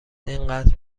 اینقدر